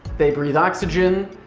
they breathe oxygen.